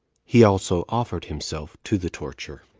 he also offered himself to the torture.